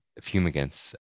fumigants